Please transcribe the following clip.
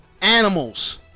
Animals